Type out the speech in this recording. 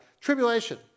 Tribulation